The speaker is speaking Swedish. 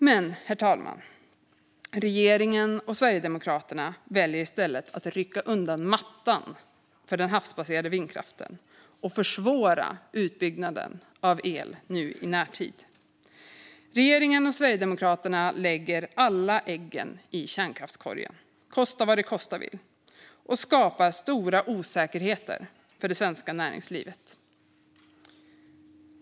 Men, herr talman, regeringen och Sverigedemokraterna väljer i stället att rycka undan mattan för den havsbaserade vindkraften och försvåra utbyggnaden av el nu i närtid. Regeringen och Sverigedemokraterna lägger alla ägg i kärnkraftskorgen - kosta vad det kosta vill! Det skapar stora osäkerheter för det svenska näringslivet.